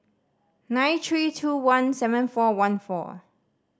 nine three two one seven four one four